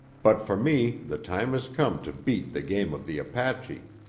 but for me the time is come to beat the game of the apache